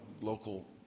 local